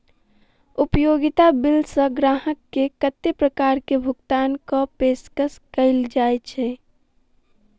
उपयोगिता बिल सऽ ग्राहक केँ कत्ते प्रकार केँ भुगतान कऽ पेशकश कैल जाय छै?